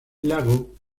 lago